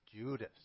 Judas